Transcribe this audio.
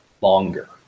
longer